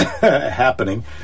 happening